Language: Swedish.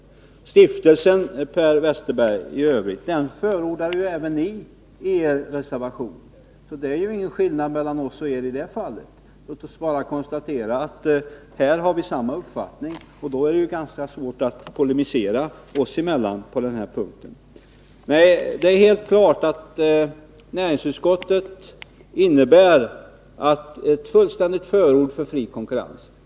En stiftelse, Per Westerberg, förordar ju även ni i er reservation, så det är ju ingen skillnad mellan oss och er i det fallet. Låt oss bara konstatera att vi här har samma uppfattning. Då är det ju ganska svårt för oss att polemisera mot varandra på den här punkten. Det är helt klart att näringsutskottets ställningstagande innebär ett fullständigt förord för fri konkurrens.